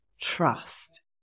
trust